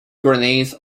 grenades